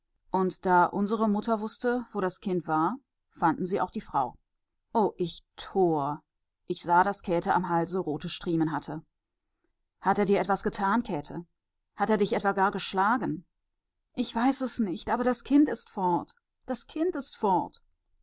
und da unsere mutter wußte wo das kind war fanden sie auch die frau oh ich tor ich sah daß käthe am halse rote striemen hatte hat er dir etwas getan käthe hat er dich etwa gar geschlagen ich weiß es nicht aber das kind ist fort das kind ist fort